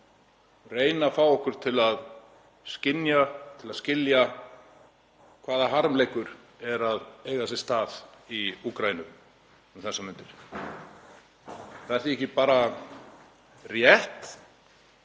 reyna að fá okkur til að skynja og skilja hvaða harmleikur er að eiga sér stað í Úkraínu um þessar mundir. Það er því ekki bara rétt